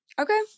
Okay